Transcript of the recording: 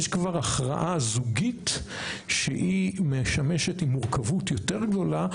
יש כבר הכרעה זוגית שהיא משמשת עם מורכבות יותר גדולה